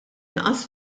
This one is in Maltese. inqas